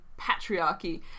patriarchy